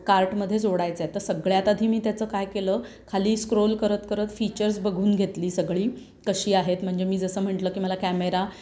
कार्टमध्ये जोडायचा आहे तर सगळ्यात आधी मी त्याचं काय केलं खाली स्क्रोल करत करत फीचर्स बघून घेतली सगळी कशी आहेत म्हणजे मी जसं म्हटलं की मला कॅमेरा